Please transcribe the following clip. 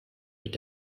mit